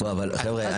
חבר'ה,